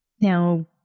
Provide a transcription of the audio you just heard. Now